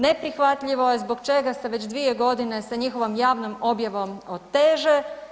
Neprihvatljivo je zbog čega se već 2 godine sa njihovom javnom objavom oteže.